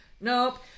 Nope